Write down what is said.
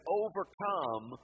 overcome